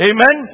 Amen